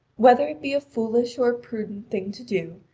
whether it be a foolish or a prudent thing to do,